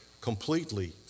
completely